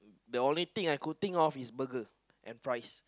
the only thing I could think of is burger and fries